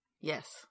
Yes